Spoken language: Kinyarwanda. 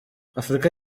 afurika